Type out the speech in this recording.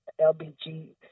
LBG